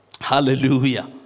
hallelujah